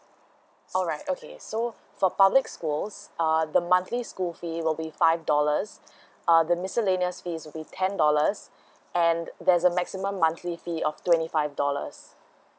alright okay so for public schools uh the monthly school fees will be five dollars uh the miscellaneous fees will be ten dollars and there's a maximum monthly fee of twenty five dollars